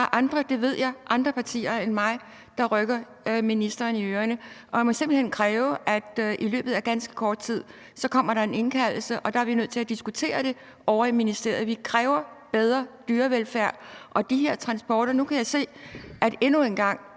Der er andre partier end mig – det ved jeg – der rykker ministeren i ørerne. Jeg må simpelt hen kræve, at der i løbet af ganske kort tid kommer en indkaldelse, og der er vi nødt til at diskutere det ovre i ministeriet. Vi kræver bedre dyrevelfærd. Og jeg kan se, at nu,